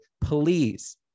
please